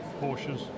Porsches